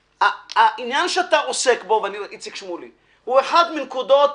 העניין שאתה עוסק בו הוא אחת מנקודות